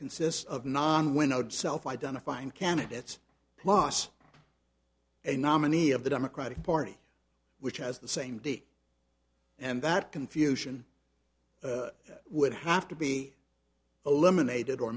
consists of non windowed self identifying candidates plus a nominee of the democratic party which has the same d and that confusion would have to be eliminated or